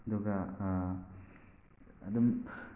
ꯑꯗꯨꯒ ꯑꯗꯨꯝ